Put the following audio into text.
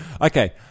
Okay